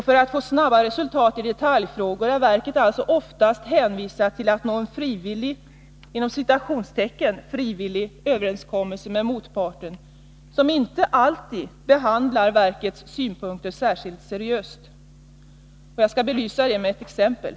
För att få snabba resultat i detaljfrågor är verket alltså oftast hänvisat till att nå en ”frivillig” överenskommelse med motparten, som inte alltid behandlar verkets synpunkter särskilt seriöst. Jag skall belysa det med ett exempel.